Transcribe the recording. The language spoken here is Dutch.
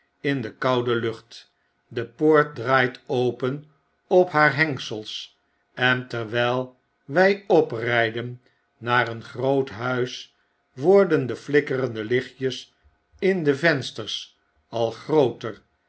in de koude lucht de poort draait open op haar hengels en terwyl wy oprijden naar een groot huis worden de flikkerende lichtjes in de vensters al grooter